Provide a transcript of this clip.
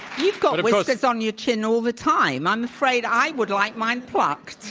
you've got whiskers on your chin all the time. i'm afraid i would like mine plucked